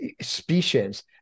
species